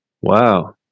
Wow